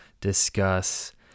discuss